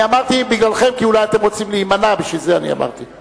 אני לא מכריז נמנע כי אני רואה את כולם מצביעים.